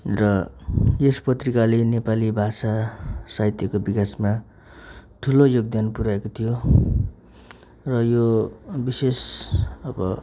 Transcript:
र यस पत्रिकाले नेपाली भाषा साहित्यको विकासमा ठुलो योगदान पुऱ्याएको थियो र यो विशेष अब